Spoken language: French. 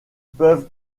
peuvent